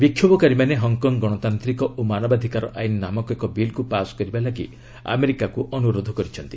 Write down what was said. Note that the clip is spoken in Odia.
ବିକ୍ଷୋଭକାରୀମାନେ ହଂକ ଗଣତାନ୍ତ୍ରିକ ଓ ମାନବାଧିକାର ଆଇନ ନାମକ ଏକ ବିଲ୍କୁ ପାସ୍ କରିବା ପାଇଁ ଆମେରିକାକୁ ଅନୁରୋଧ କରିଛନ୍ତି